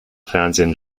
fernsehen